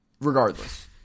regardless